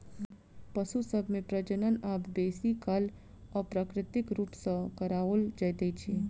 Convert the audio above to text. पशु सभ मे प्रजनन आब बेसी काल अप्राकृतिक रूप सॅ कराओल जाइत छै